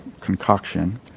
concoction